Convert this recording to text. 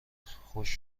خشک